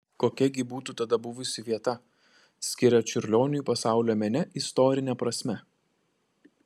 kokia gi būtų tada buvusi vieta skiria čiurlioniui pasaulio mene istorine prasme